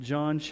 John